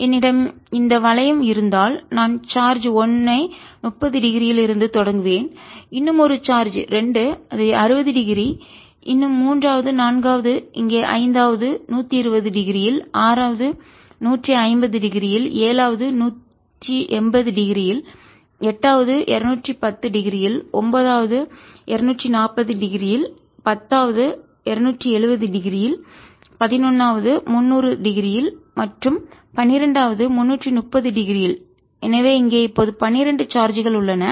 என்னிடம் இந்த வளையம் இருந்தால் நான் சார்ஜ் 1 ஐ 30 டிகிரியில் இலிருந்து தொடங்குவேன் இன்னும் ஒரு சார்ஜ் 2 60 டிகிரி இன்னும் 3 4 வது இங்கே 5வது 120 டிகிரியில் 6வது 150 டிகிரியில் 7 வது 180 டிகிரியில் 8 வது 210 டிகிரியில் 9வது 240 டிகிரியில் 10வது 270 டிகிரியில் 11 வது 300 டிகிரியில் மற்றும் 12 வது 330 டிகிரியில் எனவே இங்கே இப்போது 12 சார்ஜ்கள் உள்ளன